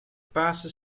pasen